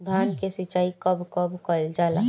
धान के सिचाई कब कब कएल जाला?